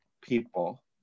people